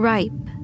Ripe